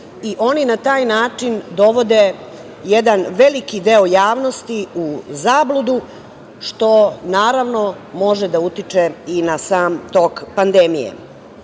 i oni na taj način dovode jedan veliki deo javnosti u zabludu, što, naravno, može da utiče i na sam tok pandemije. Širenje